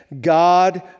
God